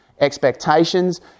expectations